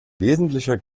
wesentlicher